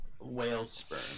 whale-sperm